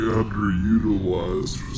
underutilized